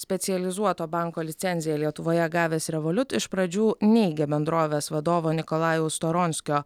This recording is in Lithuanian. specializuoto banko licenziją lietuvoje gavęs revoliut iš pradžių neigė bendrovės vadovo nikolajaus toronskio